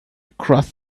cross